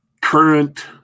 current